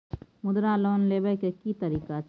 मुद्रा लोन लेबै के की तरीका छै?